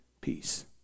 peace